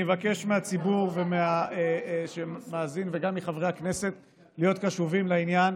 אני מבקש מהציבור שמאזין וגם מחברי הכנסת להיות קשובים לעניין,